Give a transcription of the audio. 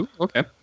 okay